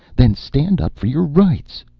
then stand up for your rights!